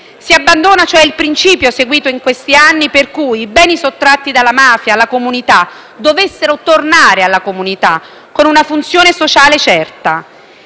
Si abbandona, cioè, il principio, seguito in questi anni, per cui i beni sottratti dalla mafia alla comunità debbano tornare alla comunità, con una funzione sociale certa.